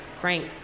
Frank